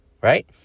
right